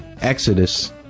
Exodus